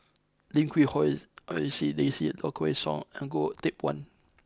Lim Quee Hong Daisy Low Kway Song and Goh Teck Phuan